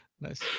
Nice